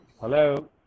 Hello